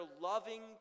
loving